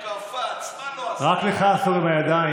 אבל צריך תקשורת אחרת,